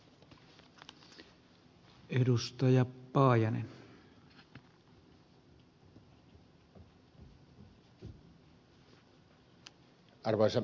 arvoisa puhemies